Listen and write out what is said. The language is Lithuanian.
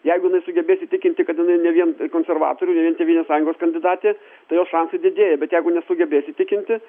jeigu jinai sugebės įtikinti kad jinai ne vien konservatorių ne vien tėvynės sąjungos kandidatė tai jos šansai didėja bet jeigu nesugebės įtikinti